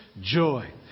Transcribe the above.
joy